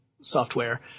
software